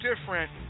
different